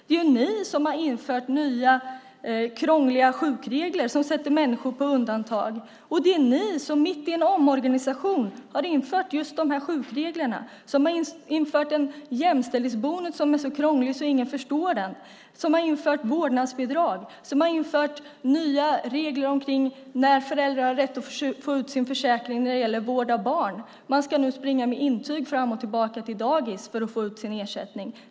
Det är ju ni som har infört nya, krångliga sjukregler som sätter människor på undantag, och det är ni som mitt i en omorganisation har infört just de här sjukreglerna, som har infört en jämställdhetsbonus som är så krånglig att ingen förstår den, som har infört vårdnadsbidrag och som har infört nya regler om när föräldrar har rätt att få ut sin ersättning när det gäller vård av barn - man ska nu springa med intyg fram och tillbaka till dagis för att få ut sin ersättning.